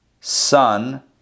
son